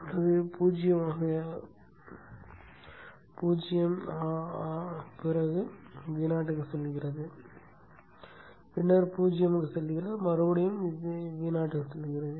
அது 0 ஆன பிறகு Vo க்கு செல்கிறது பின்னர் 0 க்கு செல்கிறது மறுபடியும் Vo க்கு செல்கிறது